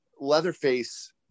Leatherface